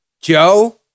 Joe